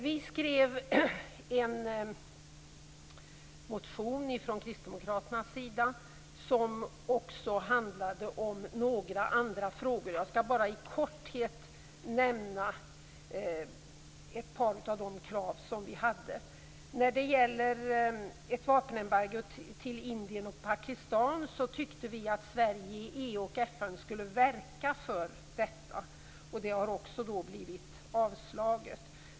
Vi skrev en motion från kristdemokraternas sida som också handlade om några andra frågor. Jag skall bara i korthet nämna ett par av de krav som vi hade. När det gäller ett vapenembargo till Indien och Pakistan tyckte vi att Sverige i EU och FN skulle verka för detta. Det har också blivit avstyrkt.